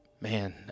man